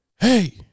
Hey